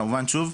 כמובן, שוב,